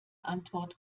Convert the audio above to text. antwort